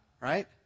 Right